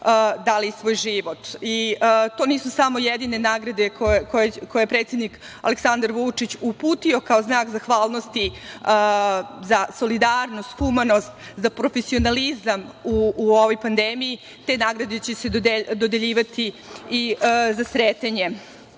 dali svoj život. To nisu samo jedine nagrade koje je predsednik Aleksandar Vučić uputio kao znak zahvalnosti za solidarnost, humanost, za profesionalizam u ovoj pandemiji. Te nagrade će se dodeljivati za Sretenje. Ja